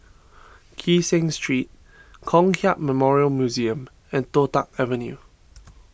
Kee Seng Street Kong Hiap Memorial Museum and Toh Tuck Avenue